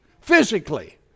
physically